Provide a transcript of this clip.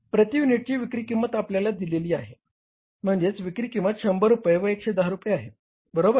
प्रति युनिटची विक्री किंमत आपल्याला दिली आहे म्हणेजच विक्री किंमत 100 रुपये व 110 रुपये आहे बरोबर